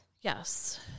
Yes